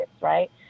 right